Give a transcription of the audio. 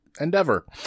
endeavor